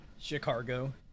Chicago